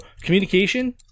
communication